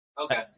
Okay